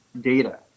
data